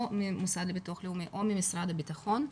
או מהמוסד לביטוח לאומי או ממשרד הביטחון,